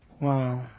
Wow